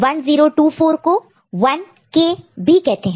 1024 को 1k भी कह सकते हैं